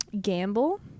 gamble